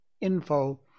info